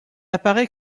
apparaît